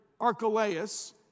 Archelaus